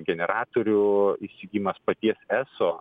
generatorių įsigyjimas paties eso